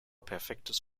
perfektes